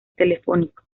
telefónico